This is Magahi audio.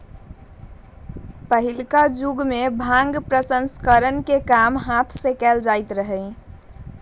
पहिलुक जुगमें भांग प्रसंस्करण के काम हात से कएल जाइत रहै